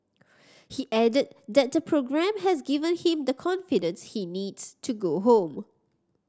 he added that the programme has given him the confidence he needs to go home